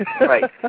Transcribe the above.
right